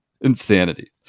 Insanity